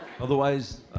Otherwise